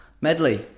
medley